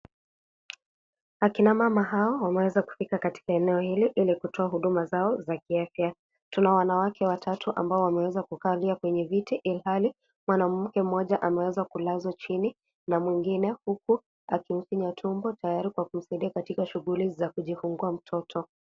Akina mama hawa, wameweza kufika eneo hili, ili kutoa huduma zao za kiafya. Tuna wanawake watatu ambao wameweza kukalia kwenye kiti, ilhali mwanamke mmoja ameweza kulazwa chini na mwingine huku akimfinya tumbo tayari kwa kumsaidia katika shughuli za kujifungua mtoto.